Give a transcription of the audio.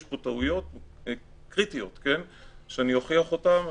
יש פה טעויות קריטיות שאני אוכיח אותן.